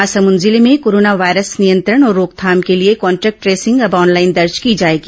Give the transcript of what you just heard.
महासमुंद जिले में corona virus नियंत्रण और रोकथाम के लिए कॉन्ट्रेक्ट ट्रेसिंग अब ऑनलाइन दर्ज की जाएगी